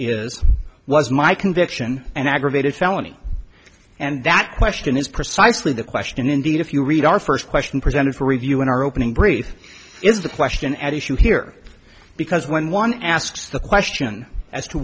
is was my conviction an aggravated felony and that question is precisely the question indeed if you read our first question presented for review in our opening brief in the question at issue here because when one asks the question as to